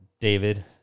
David